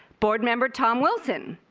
board member tom wilson,